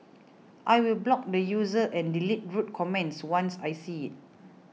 I will block the user and delete rude comments once I see it